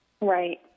Right